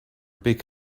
big